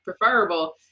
preferable